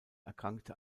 erkrankte